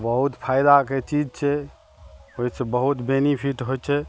बहुत फायदाके चीज छै ओहिसँ बहुत बेनिफिट होइ छै